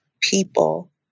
people